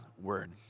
word